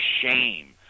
shame